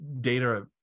Data